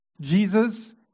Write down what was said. Jesus